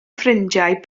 ffrindiau